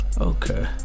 okay